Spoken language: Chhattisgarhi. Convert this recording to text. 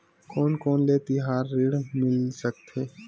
कोन कोन ले तिहार ऋण मिल सकथे?